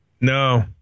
No